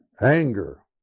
anger